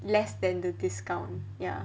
less than the discount ya